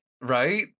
right